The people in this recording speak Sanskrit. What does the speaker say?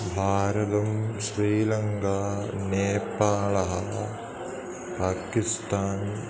भारतं श्रीलङ्का नेपाल् पाकिस्तान्